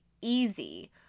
easy